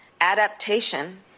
adaptation